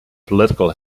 political